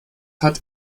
hat